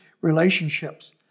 relationships